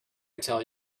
tell